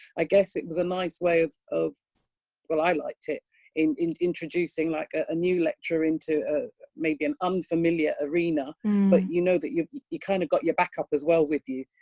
i guess it was a nice way of of well, i liked it in introducing like ah aenue lecture into a maybe an unfamiliar arena, but you know that you you kind of got your back up as well with you.